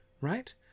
Right